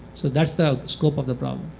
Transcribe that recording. so that's the scope of the problem.